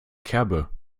kerbe